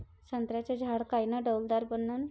संत्र्याचं झाड कायनं डौलदार बनन?